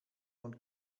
und